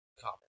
common